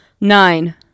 Nine